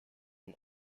and